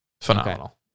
phenomenal